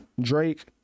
drake